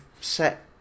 set